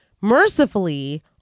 Mercifully